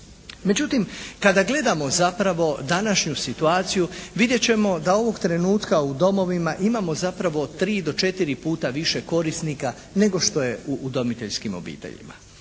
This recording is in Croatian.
Međutim kada gledamo zapravo današnju situaciju vidjet ćemo da ovog trenutka u domovima imamo zapravo 3 do 4 puta više korisnika nego što je u udomiteljskim obiteljima.